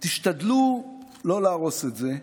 תשתדלו לא להרוס את זה.